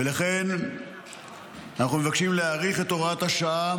ולכן אנחנו מבקשים להאריך את הוראת השעה